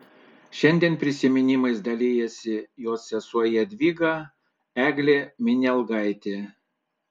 šiandien prisiminimais dalijasi jos sesuo jadvyga eglė minialgaitė